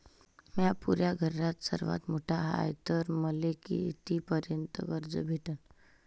म्या पुऱ्या घरात सर्वांत मोठा हाय तर मले किती पर्यंत कर्ज भेटन?